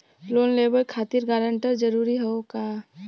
Loan लेवब खातिर guarantor जरूरी हाउ का?